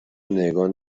نگاه